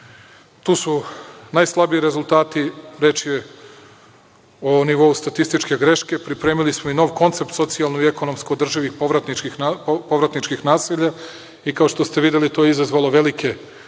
tu su najslabiji rezultati, reč je o nivou statističke greške. Pripremili smo i nov koncept socijalno i ekonomsko održivih povratničkih naselja i, kao što ste videli, to je izazvalo velike političke